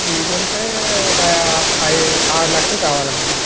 lease అంటే ఒక ఆరు లక్షలు కావాలి అమ్మా